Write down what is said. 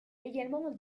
également